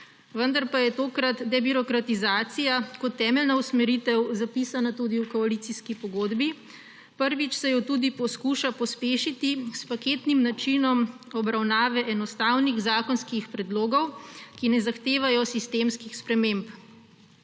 vendar pa je tokrat debirokratizacija kot temeljna usmeritev zapisana tudi v koalicijski pogodbi. Prvič se jo tudi poskuša pospešiti s paketnim načinom obravnave enostavnih zakonskih predlogov, ki ne zahtevajo sistemskih sprememb.